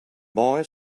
boy